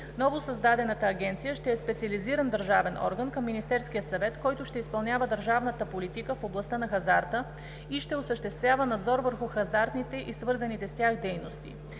Новосъздадената агенция ще е специализиран държавен орган към Министерския съвет, който ще изпълнява държавната политика в областта на хазарта и ще осъществява надзор върху хазартните и свързаните с тях дейности.